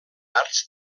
arts